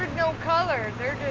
no color. they're